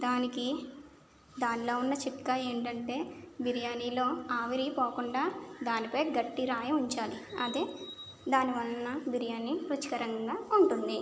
దానికి దానిలో ఉన్న చిట్కా ఏంటంటే బిర్యానిలో ఆవిరి పోకుండా దానిపై గట్టిరాయి ఉంచాలి అదే దాని వలన బిర్యాని రుచికరంగా ఉంటుంది